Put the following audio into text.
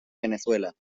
venezuela